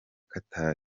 qatar